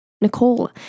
Nicole